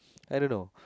I don't know